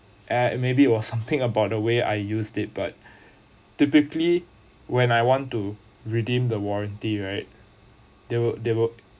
and maybe was something about the way I used it but typically when I want to redeem the warranty right they will they will